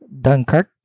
Dunkirk